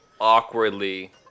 awkwardly